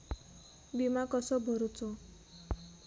विमा कसो भरूचो?